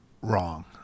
wrong